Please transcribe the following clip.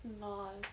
um lor